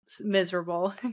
miserable